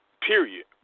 period